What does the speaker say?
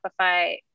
shopify